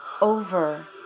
over